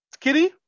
kitty